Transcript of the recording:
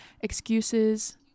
excuses